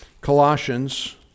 Colossians